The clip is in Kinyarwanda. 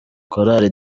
chorale